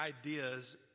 ideas